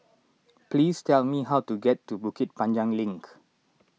please tell me how to get to Bukit Panjang Link